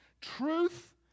Truth